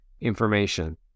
information